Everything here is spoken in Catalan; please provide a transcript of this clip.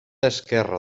esquerre